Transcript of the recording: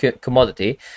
commodity